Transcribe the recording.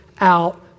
out